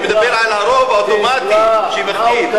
אני מדבר על הרוב האוטומטי, הדורסני.